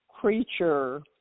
creature